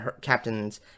captains